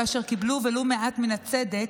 כאשר קיבלו ולו מעט מן הצדק,